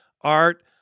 Art